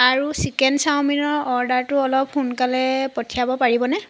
আৰু চিকেন চাওমিনৰ অৰ্ডাৰটো অলপ সোনকালে পঠিয়াব পাৰিবনে